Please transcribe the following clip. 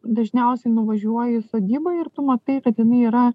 dažniausiai nuvažiuoji į sodybą ir tu matai kad jinai yra